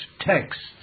texts